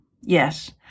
Yes